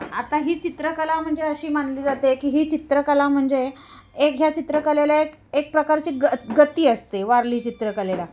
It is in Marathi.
आता ही चित्रकला म्हणजे अशी मानली जाते की ही चित्रकला म्हणजे एक ह्या चित्रकलेला एक एक प्रकारची ग गती असते वारली चित्रकलेला